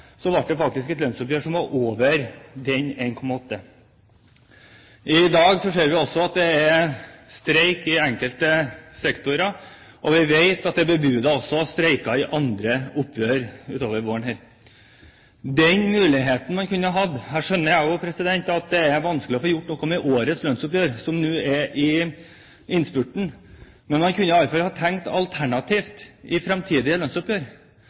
ble det faktisk et lønnsoppgjør som var over 1,8 pst. I dag ser vi at det er streik i enkelte sektorer, og vi vet at det også er bebudet streiker i forbindelse med andre oppgjør utover våren. Jeg skjønner at det er vanskelig å få gjort noe med årets lønnsoppgjør, som nå er i innspurten, men man kunne i alle fall ha tenkt alternativt for fremtidige lønnsoppgjør,